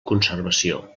conservació